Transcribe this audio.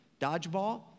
Dodgeball